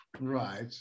Right